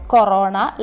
Corona